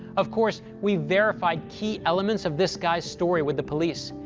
of course, we verified key elements of this guy's story with the police.